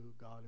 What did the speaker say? God